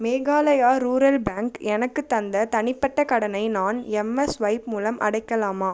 Meghalaya rural bank எனக்குத் தந்த தனிப்பட்ட கடனை நான் எம்ஸ்வைப் மூலம் அடைக்கலாமா